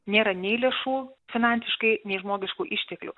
nėra nei lėšų finansiškai nei žmogiškų išteklių